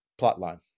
plotline